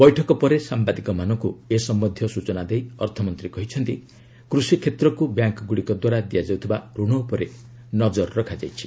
ବୈଠକ ପରେ ସାମ୍ବାଦିକମାନଙ୍କୁ ସୂଚନା ଦେଇ ଅର୍ଥମନ୍ତ୍ରୀ କହିଛନ୍ତି କୃଷି କ୍ଷେତ୍ରକୁ ବ୍ୟାଙ୍କଗୁଡ଼ିକ ଦ୍ୱାରା ଦିଆଯାଉଥିବା ଋଣ ଉପରେ ନଜର ରଖାଯାଇଛି